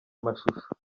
amashusho